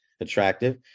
attractive